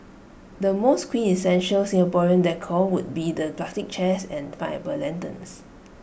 the most quintessential Singaporean decor would be the plastic chairs and pineapple lanterns